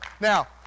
Now